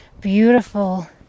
beautiful